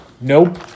Nope